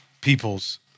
peoples